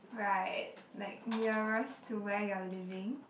right like nearest to where you're living